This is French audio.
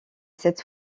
cette